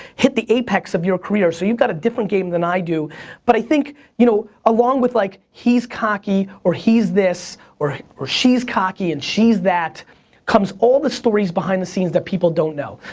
hit the apex of your career so you've got a different game than i do but i think you know along with, like he's he's cocky or he's this or or she's cocky and she's that comes all the stories behind the scenes that people don't know.